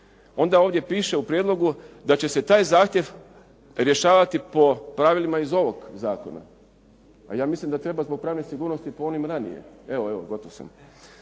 onda ovdje piše u prijedlogu da će se taj zahtjev rješavati po pravilima iz ovog zakona. A ja mislim da treba zbog pravne sigurnosti po onim ranije. Evo, evo, gotov sam.